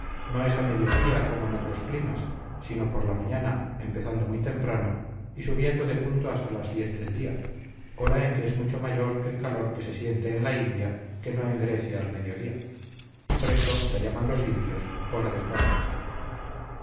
no es a medio día como en otros climas sino por la mañana empezando muy temprano y subiendo de punto hasta las diez del día hora en que es mucho mayor el calor que se siente en la india que no en grecia al medio día y por eso la llaman los indios hora del baño